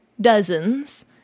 dozens